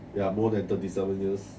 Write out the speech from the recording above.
ya more than thirty seven years